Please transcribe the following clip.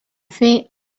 fer